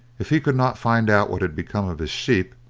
if he could not find out what had become of his sheep,